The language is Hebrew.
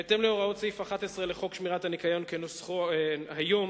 בהתאם להוראות סעיף 11 לחוק שמירת הניקיון כנוסחו היום,